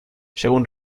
según